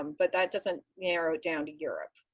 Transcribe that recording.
um but that doesn't narrow down to europe.